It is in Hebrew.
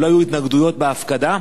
ולא היו התנגדויות בהפקדה,